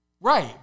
Right